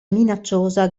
minacciosa